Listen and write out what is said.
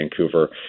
Vancouver